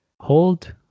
hold